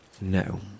no